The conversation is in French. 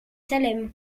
salem